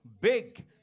big